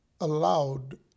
allowed